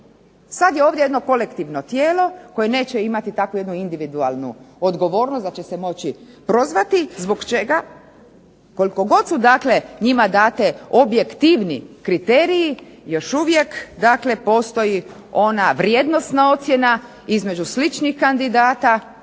Sad je ovdje jedno kolektivno tijelo koje neće imati takvu jednu individualnu odgovornost, da će se moći prozvati. Zbog čega? Koliko god su dakle njima date objektivni kriteriji još uvijek, dakle postoji ona vrijednosna ocjena između sličnih kandidata